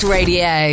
Radio